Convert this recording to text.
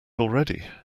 already